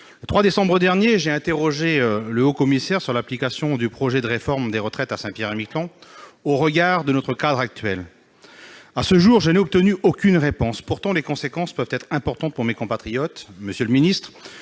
3 décembre dernier, j'ai interrogé le haut-commissaire sur l'application du projet de réforme des retraites à Saint-Pierre-et-Miquelon, au regard de notre cadre actuel. À ce jour, je n'ai obtenu aucune réponse. Pourtant, les conséquences peuvent être importantes pour mes compatriotes. Monsieur le secrétaire